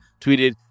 tweeted